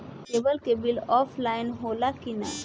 Cable के bill offline होला कि ना?